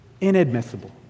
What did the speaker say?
Inadmissible